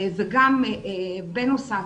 בנוסף,